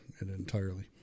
entirely